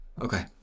Okay